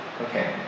Okay